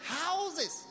houses